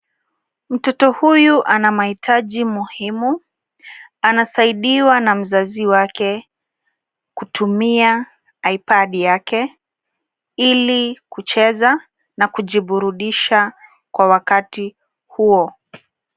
Mtoto huyu ana mahitaji muhimu. Anasaidiwa na mzazi wake kutumia I-pad yake ili kucheza na kujiburudisha kwa wakati huo.